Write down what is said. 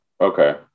Okay